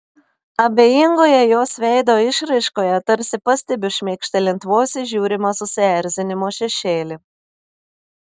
abejingoje jos veido išraiškoje tarsi pastebiu šmėkštelint vos įžiūrimą susierzinimo šešėlį